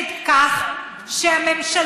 מחולקת כך שהממשלה,